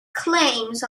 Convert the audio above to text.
claims